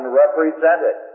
represented